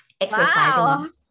exercising